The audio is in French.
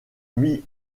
mis